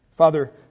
Father